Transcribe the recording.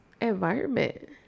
environment